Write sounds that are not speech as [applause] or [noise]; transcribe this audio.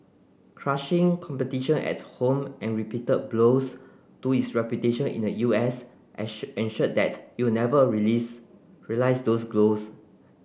crushing competition at home and repeated blows to its reputation in the U S [unintelligible] ensured that it never release realise those goals